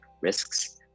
risks